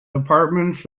apartments